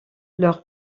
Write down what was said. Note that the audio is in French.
leur